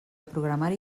programari